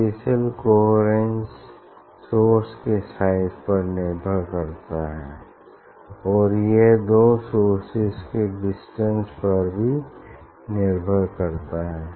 spatial coherence source के size पर निर्भर करता है और यह दो सोर्सेज के डिस्टेंस पर भी निर्भर करता है